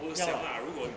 go 想 lah 如果